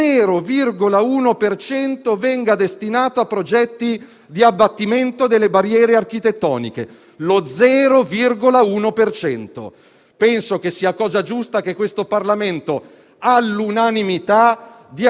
Penso sia giusto che questo Parlamento all'unanimità dia una risposta immediata a questi sei milioni di cittadini italiani, che non sono cittadini di serie B.